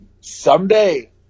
Someday